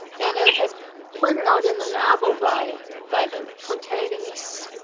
and it's printed out in the novel by by the protagonists,